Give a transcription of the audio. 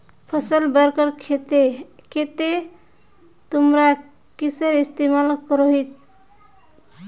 फसल बढ़वार केते तुमरा किसेर इस्तेमाल करोहिस?